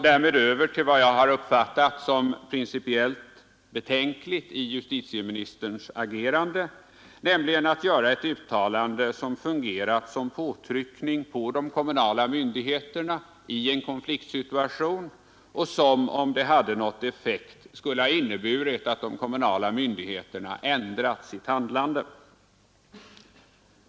Därmed över till vad jag uppfattat som principiellt betänkligt i justitieministerns agerande, nämligen ett uttalande som fungerat som påtryckning på de kommunala myndigheterna i en konfliktsituation, och som, om det nått effekt, skulle ha inneburit att de kommunala myndigheterna ändrat sitt handlande.